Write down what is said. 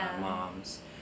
moms